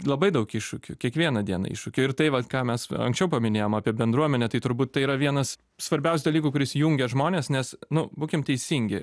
labai daug iššūkių kiekvieną dieną iššūkių ir tai vat ką mes anksčiau paminėjom apie bendruomenę tai turbūt tai yra vienas svarbiausių dalykų kuris jungia žmones nes nu būkime teisingi